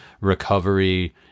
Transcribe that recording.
recovery